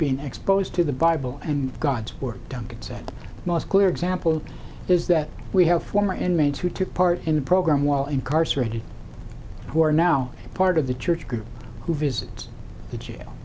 being exposed to the bible and god's work duncan said most clear example is that we have former inmates who took part in the program while incarcerated who are now part of the church group who visits the